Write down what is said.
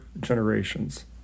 generations